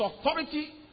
authority